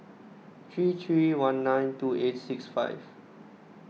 three three one nine two eight six five